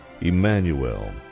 Emmanuel